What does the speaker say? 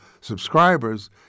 subscribers